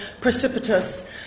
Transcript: precipitous